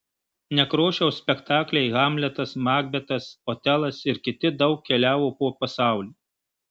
nekrošiaus spektakliai hamletas makbetas otelas ir kiti daug keliavo po pasaulį